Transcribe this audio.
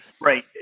Right